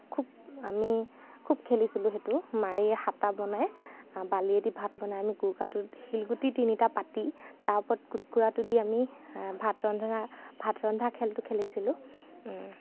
খুব আমি খুব খেলিছিলোঁ সেইটো মাৰিৰে হেতা বনাই বালিয়েদি ভাত বনাই আমি কোৰোকাটোত শিলগুটি তিনিটা পাতি তাৰ ওপৰত কোটকোৰাটো দি আমি ভাত ৰন্ধা ভাত ৰন্ধা খেলটো খেলিছিলোঁ